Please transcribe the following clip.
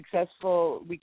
successful